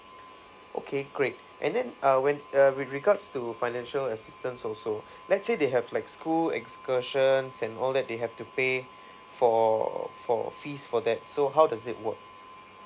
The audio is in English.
okay great and then uh when uh with regards to financial assistance also let's say they have like school excursions and all that they have to pay for for fees for that so how does it work